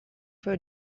her